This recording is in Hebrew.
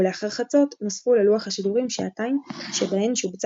ולאחר חצות נוספו ללוח השידורים שעתיים שבהן שובצה